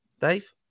Dave